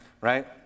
right